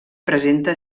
presenta